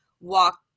walk